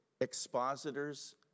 expositors